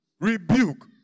rebuke